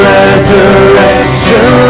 resurrection